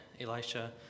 Elisha